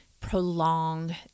prolong